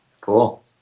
Cool